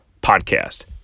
podcast